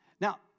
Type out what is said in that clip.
Now